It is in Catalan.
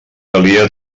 calia